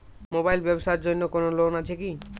Mobile এর ব্যাবসার জন্য কোন লোন আছে কি?